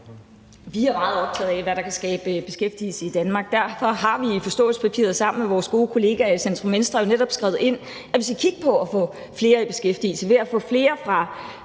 Vi er meget optaget af, hvad der kan skabe beskæftigelse i Danmark. Derfor har vi i forståelsespapiret sammen med vores gode kollegaer i centrum-venstre jo netop skrevet ind, at vi skal kigge på at få flere i beskæftigelse ved at få flere fra